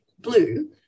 blue